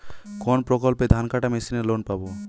কোন প্রকল্পে ধানকাটা মেশিনের লোন পাব?